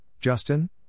Justin